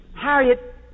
Harriet